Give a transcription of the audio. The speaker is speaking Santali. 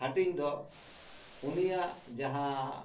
ᱦᱟᱹᱴᱤᱧ ᱫᱚ ᱩᱱᱤᱭᱟᱜ ᱡᱟᱦᱟᱸ